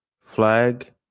flag